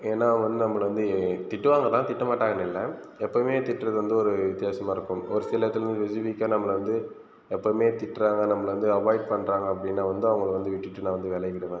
ஏன்னா அவங்க வந் நம்மளை வந்து திட்டுவாங்க தான் திட்டமாட்டாங்கன்னு இல்லை எப்பயுமே திட்டுறது வந்து ஒரு வித்தியாசமாக இருக்கும் ஒரு சிலதுன்னு ஸ்பெசிஃபிக்காக நம்ம வந்து எப்போவுமே திட்டுறாங்க நம்மளை வந்து அவாய்ட் பண்ணுறாங்க அப்படினா வந்து அவங்கள வந்து விட்டுவிட்டு நான் விலகிவிடுவன்